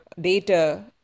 data